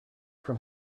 from